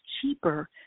cheaper